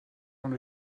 dans